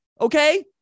Okay